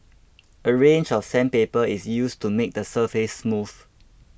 a range of sandpaper is used to make the surface smooth